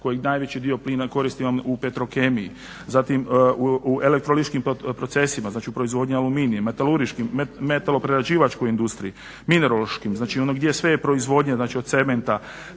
koji najveći dio plina koristimo u petrokemiji, zatim u elektrolitičkim procesima, znači u proizvodnji aluminija, metaloprerađivačkoj industriji, minerološkim, znači ono gdje sve je proizvodnja, znači od cementa,